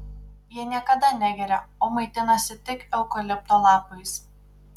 jie niekada negeria o maitinasi tik eukalipto lapais